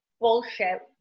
bullshit